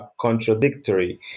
contradictory